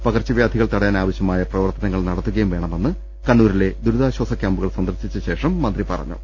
പകർച്ചവ്യാധികൾ തടയാനാവശ്യമായ പ്രവർത്തനങ്ങൾ നടത്തുകയും വേണമെന്ന് കണ്ണുരിക്കു ദുരിതാ ശ്വാസ ക്യാമ്പുകൾ സന്ദർശിച്ച ശേഷം മന്ത്രി പറഞ്ഞു